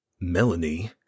Melanie